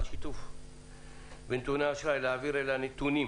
שיתוף בנתוני אשראי להעביר אליה נתונים